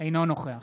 אינו נוכח